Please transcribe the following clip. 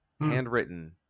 handwritten